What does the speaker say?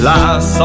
Last